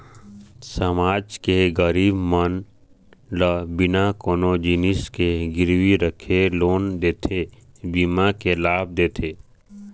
समाज के गरीब मन ल बिना कोनो जिनिस के गिरवी रखे लोन देथे, बीमा के लाभ देथे